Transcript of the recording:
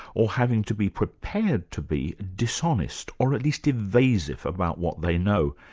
or having to be prepared to be, dishonest, or at least evasive about what they know?